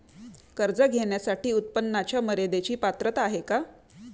कर्ज घेण्यासाठी उत्पन्नाच्या मर्यदेची पात्रता आहे का?